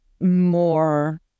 more